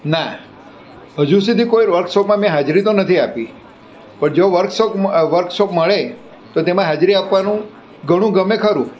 ના હજુ સુઘી કોઈ વર્કશોપમાં મેં હાજરી તો નથી આપી પણ જો વર્ક વર્કશોપ મળે તો તેમાં હાજરી આપવાનું ઘણું ગમે ખરું